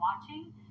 watching